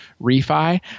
refi